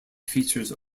features